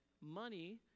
money